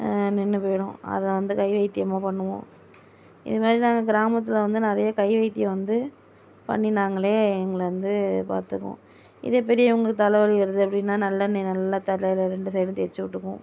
நின்று போயிடும் அதை வந்து கை வைத்தியமாக பண்ணுவோம் இது மாதிரி நாங்கள் கிராமத்தில் வந்து நிறைய கை வைத்தியம் வந்து பண்ணி நாங்களே எங்களை வந்து பார்த்துக்குவோம் இதே பெரியவங்க தலைவலி வருது அப்படின்னா நல்லெண்ணெயை நல்லா தலையில் ரெண்டு சைடும் தேய்ச்சுட்டுக்குவோம்